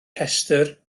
rhestr